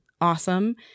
awesome